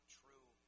true